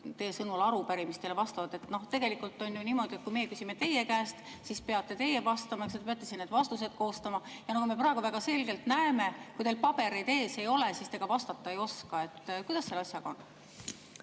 teie sõnul arupärimistele vastavad? Tegelikult on ju niimoodi, et kui meie küsime teie käest, siis peate teie vastama, te peate need vastused koostama. Nagu me praegu väga selgelt näeme, kui teil pabereid ees ei ole, siis te vastata ei oska. Kuidas selle asjaga on?